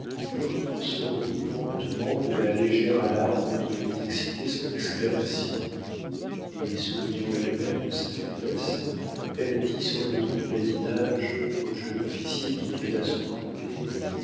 l'autre se remit promptement de la légère alarme qui avait excité son exclamation et souriant elle-même de sa faiblesse elle dit sur le ton du badinage au jeune officier qui était à son côté